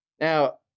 Now